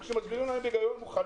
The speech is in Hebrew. כשמסבירים לחקלאים בהיגיון, הם מוכנים.